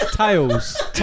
Tails